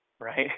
right